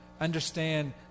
Understand